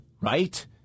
right